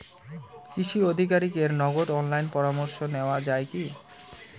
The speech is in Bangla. কৃষি আধিকারিকের নগদ অনলাইন পরামর্শ নেওয়া যায় কি না?